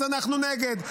אז אנחנו נגד.